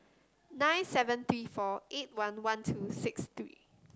nine seven three four eight one one two six three